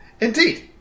Indeed